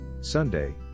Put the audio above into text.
Sunday